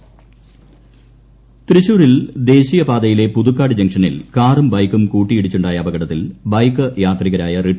തൃശൂർ വാഹനാപകടം തൃശൂരിൽ ദേശീയപാതയിലെ പുതുക്കാട് ജംഗ്ഷനിൽ കാറും ബൈക്കും കൂട്ടിയിടിച്ചുണ്ടായ അപകടത്തിൽ ബൈക്ക് യാത്രികരായ റിട്ട